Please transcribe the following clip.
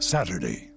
Saturday